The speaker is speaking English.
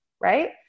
right